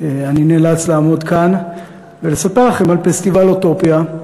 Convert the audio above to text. אני נאלץ לעמוד כאן ולספר לכם על פסטיבל "אוטופיה".